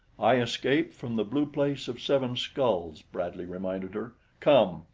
i escaped from the blue place of seven skulls, bradley reminded her. come!